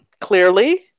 clearly